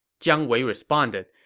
jiang wei responded,